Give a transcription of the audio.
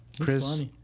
Chris